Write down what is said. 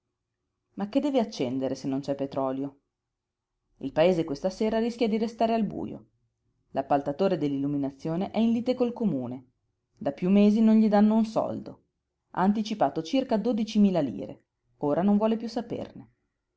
ma che deve accendere se non c'è petrolio il paese questa sera rischia di restare al bujo l'appaltatore dell'illuminazione è in lite col comune da piú mesi non gli dànno un soldo ha anticipato circa dodicimila lire ora non vuole piú saperne